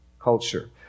Culture